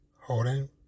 holding